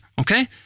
Okay